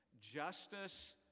justice